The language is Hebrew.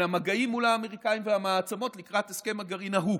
המגעים מול האמריקאים והמעצמות לקראת הסכם הגרעין ההוא,